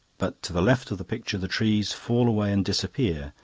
but to the left of the picture the trees fall away and disappear,